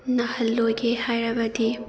ꯅꯥꯍꯜꯂꯣꯏꯒꯦ ꯍꯥꯏꯔꯕꯗꯤ